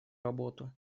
работу